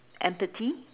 empathy